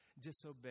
disobey